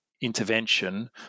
intervention